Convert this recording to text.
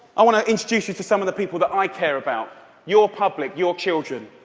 i want to introduce you to some of the people that i care about your public, your children.